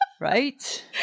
Right